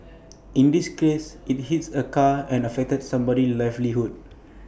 in this case IT hit A car and affected somebody's livelihood